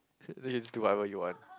let's just do whatever you want